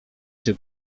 czy